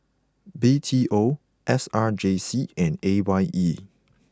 B T O S R J C and A Y E